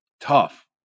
Tough